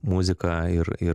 muziką ir ir